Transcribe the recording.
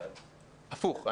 הפוך.